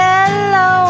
Hello